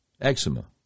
Eczema